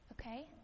okay